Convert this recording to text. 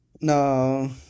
No